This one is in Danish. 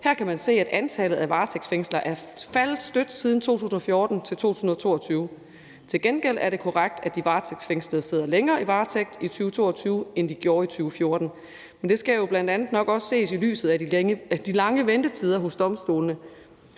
Her kan man se, at antallet af varetægtsfængslinger er faldet støt fra 2014 til 2022. Til gengæld er det korrekt, at de varetægtsfængslede sidder længere i varetægt i 2022, end de gjorde i 2014. Men det skal jo bl.a. nok også ses i lyset af de lange ventetider hos domstolene.